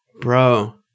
Bro